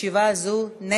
י"ב באייר התשע"ז, 8